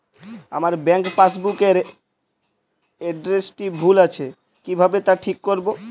আমার bank passbook এর এড্রেসটি ভুল আছে কিভাবে তা ঠিক করবো?